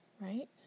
right